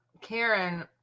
Karen